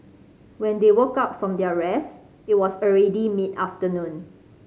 when they woke up from their rest it was already mid afternoon